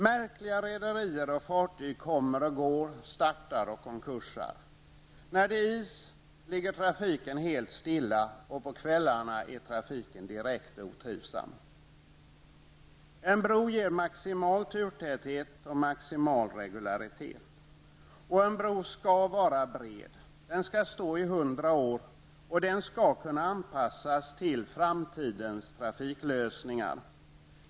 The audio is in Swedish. Märkliga rederier och fartyg kommer och går, startar och går i konkurs. När det är is ligger trafiken helt stilla, och på kvällarna är trafiken direkt otrivsam. En bro ger maximal turtäthet och maximal regularitet. En bro skall vara bred. Den skall stå i hundra år, och den skall kunna anpassas till framtidens trafiklösningar.